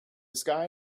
sky